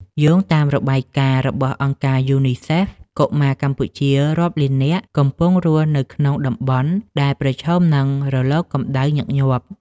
យោងតាមរបាយការណ៍របស់អង្គការយូនីសេហ្វ កុមារកម្ពុជារាប់លាននាក់កំពុងរស់នៅក្នុងតំបន់ដែលប្រឈមនឹងរលកកម្ដៅញឹកញាប់។